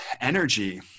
energy